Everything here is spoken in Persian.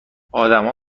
آدمها